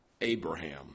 Abraham